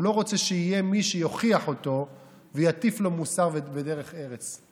הוא לא רוצה שיהיה מישהו שיוכיח אותו ויטיף לו מוסר ודרך ארץ,